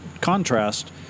contrast